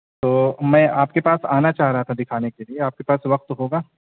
تو میں آپ کے پاس آنا چاہ رہا تھا دکھانے کے لیے آپ کے پاس وقت ہوگا